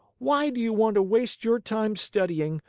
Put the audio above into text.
why do you want to waste your time studying?